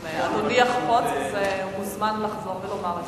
אם אדוני יחפוץ, אז הוא מוזמן לחזור ולומר את זה.